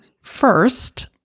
First